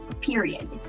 period